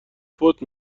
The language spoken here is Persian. فوت